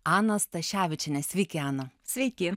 ana staševičienę sveiki ana sveiki